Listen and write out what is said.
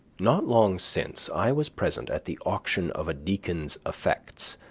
not long since i was present at the auction of a deacon's effects,